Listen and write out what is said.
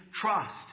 trust